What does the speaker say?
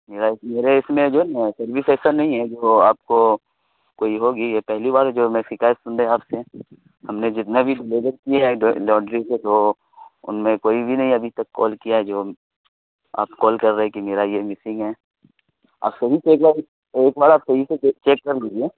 میرا میرا اس میں جو ہے نا سروس ایسا نہیں ہے جو آپ کو کوئی ہوگی یہ پہلی بار جو میں شکایت سن رہے آپ سے ہم نے جتنا بھی ڈلیور کیا ہے لاڈری کو تو ان میں کوئی بھی نہیں ابھی تک کال کیا ہے جو آپ کال کر رہے کہ میرا یہ مسنگ ہے آپ صحیح سے ایک بار ایک بار آپ صحیح سے چیک چیک کر لیجیے